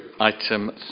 item